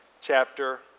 chapter